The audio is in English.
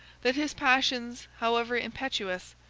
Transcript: that his passions, however impetuous,